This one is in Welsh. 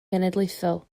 genedlaethol